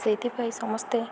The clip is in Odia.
ସେଇଥିପାଇଁ ସମସ୍ତେ